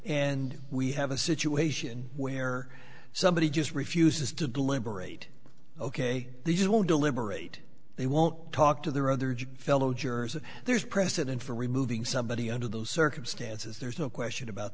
and we have a situation where somebody just refuses to deliberate ok these won't deliberate they won't talk to their other fellow jurors that there's precedent for removing somebody under those circumstances there's no question about